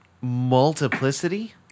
multiplicity